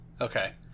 okay